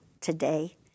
today